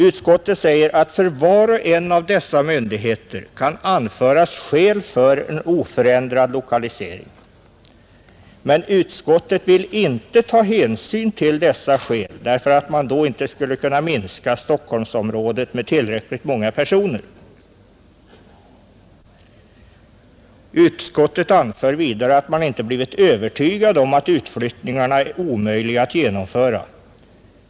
Utskottet säger att för var och en av dessa myndigheter kan anföras skäl för en oförändrad lokalisering. Men utskottet vill inte ta hänsyn till dessa skäl därför att man då inte skulle kunna minska Stockholmsområdet med tillräckligt många personer. Utskottet anför vidare att man inte blivit övertygad om att utflyttningarna är omöjliga att genomföra.